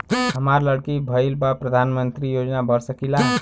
हमार लड़की भईल बा प्रधानमंत्री योजना भर सकीला?